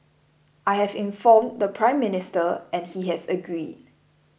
I have informed the Prime Minister and he has agreed